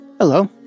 Hello